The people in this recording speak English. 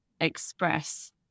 express